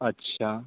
अच्छा